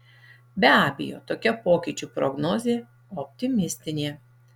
be abejo tokia pokyčių prognozė optimistinė